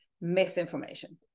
misinformation